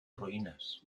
ruinas